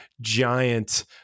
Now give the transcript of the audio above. giant